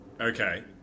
okay